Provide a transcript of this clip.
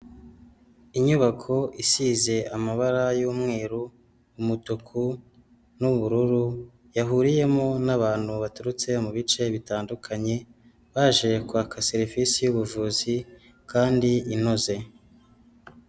Inyubako isize amabara y'umweru, umutuku n'ubururu, yahuriyemo n'abantu baturutse mu bice bitandukanye, baje kwaka serivisi y'ubuvuzi kandi inoze.